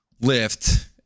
lift